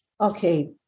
okay